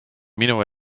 minu